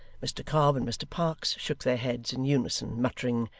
mr cobb and mr parkes shook their heads in unison, muttering,